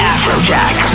Afrojack